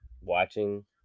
watching